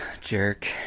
jerk